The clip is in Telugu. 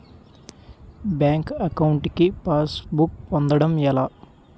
బ్యాంక్ అకౌంట్ కి పాస్ బుక్ పొందడం ఎలా?